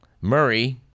Murray